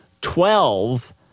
twelve